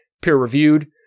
peer-reviewed